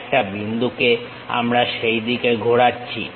একটা বিন্দুকে আমরা সেই দিকে ঘোরাচ্ছি